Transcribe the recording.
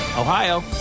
Ohio